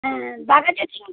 হ্যাঁ বাঘাযতীন